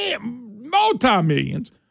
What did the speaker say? multi-millions